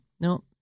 no